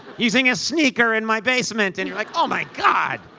using a sneaker in my basement. and you're, like, oh, my god.